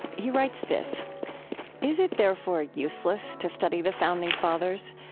he writes this is it therefore useless to study the founding fathers?